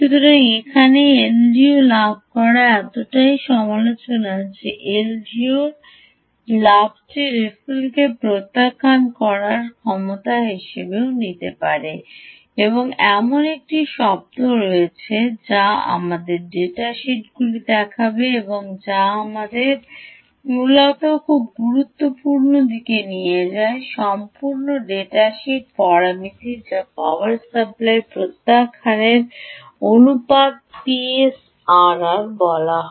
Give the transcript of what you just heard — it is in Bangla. সুতরাং এখন এলডিওর লাভ এতটাই সমালোচনা করছে যে এলডিওর লাভটি রিপলকে প্রত্যাখ্যান করার ক্ষমতা নিয়েও করতে হবে এবং এমন একটি শব্দ রয়েছে যা আবার ডেটা শিটগুলি দেখবে এবং যা আমাদের মূলত খুব গুরুত্বপূর্ণ দিকে নিয়ে যায় গুরুত্বপূর্ণ ডেটা শীট পরামিতি যা পাওয়ার সাপ্লাই প্রত্যাখ্যান অনুপাত PSRR বলা হয়